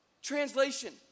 translation